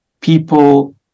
people